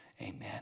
amen